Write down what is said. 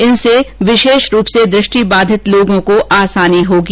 इनसे विशेष रूप से दृष्टि बाधित लोगों को आसानी होगी